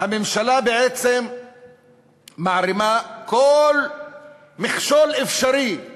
הממשלה בעצם מערימה כל מכשול אפשרי כדי